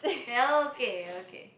ya lor okay okay